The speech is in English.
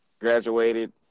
graduated